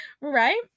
Right